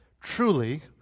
truly